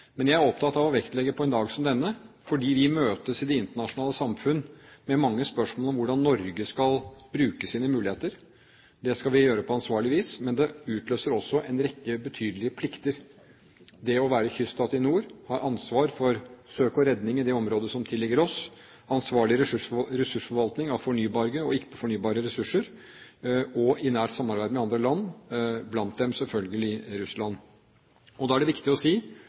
Men jeg er opptatt av å vektlegge følgende på en dag som denne, fordi vi møtes i det internasjonale samfunn med mange spørsmål om hvordan Norge skal bruke sine muligheter: Det skal vi gjøre på ansvarlig vis, men det utløser også en rekke betydelige plikter, det å være kyststat i nord, ha ansvar for søk og redning i det området som tilligger oss, ansvarlig ressursforvaltning av fornybare og ikke fornybare ressurser, og i nært samarbeid med andre land, blant dem selvfølgelig Russland. Og da er det viktig å si